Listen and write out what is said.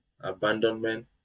Abandonment